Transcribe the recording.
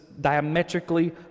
diametrically